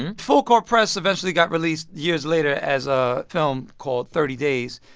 and full court press eventually got released years later as a film called thirty days.